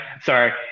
Sorry